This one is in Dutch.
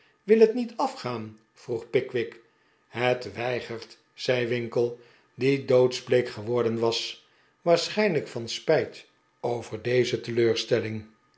wil het niet afgaan vroeg pickwick het weigert zei winkle die doodsbleek geworden was waarschijnlijk van spijt over deze teleurstelling